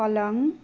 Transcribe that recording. पलङ